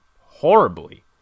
horribly